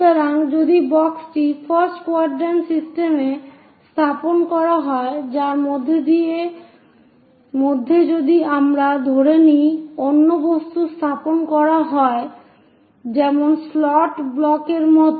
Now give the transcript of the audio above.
সুতরাং যদি বক্সটি ফার্স্ট কোয়াড্রান্ট সিস্টেমে স্থাপন করা হয় যার মধ্যে যদি আমরা ধরে নিই অন্য বস্তু স্থাপন করা হয় যেমন স্লট ব্লকের মত